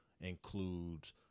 includes